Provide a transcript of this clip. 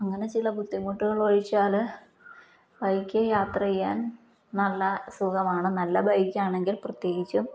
അങ്ങനെ ചില ബുദ്ധിമുട്ടുകൾ ഒഴിച്ചാൽ ബൈക്കിൽ യാത്ര ചെയ്യാൻ നല്ല സുഖമാണ് നല്ല ബൈക്കാണെങ്കിൽ പ്രത്യേകിച്ചും